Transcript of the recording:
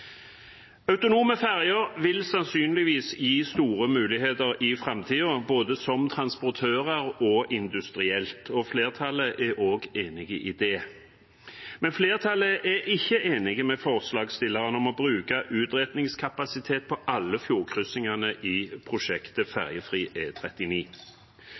Autonome ferger vil sannsynligvis gi store muligheter i framtiden, både som transportører og industrielt. Flertallet er også enig i det. Men flertallet er ikke enig med forslagsstillerne i å bruke utredningskapasitet på alle fjordkryssingene i prosjektet fergefri E39. Fergefrie løsninger på strekningen mellom Stavanger og Trondheim er